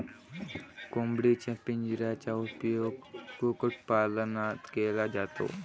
कोंबडीच्या पिंजऱ्याचा उपयोग कुक्कुटपालनात केला जातो